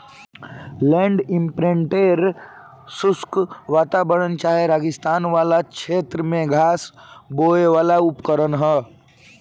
land imprinter शुष्क वातावरण चाहे रेगिस्तान वाला क्षेत्र में घास बोवेवाला उपकरण ह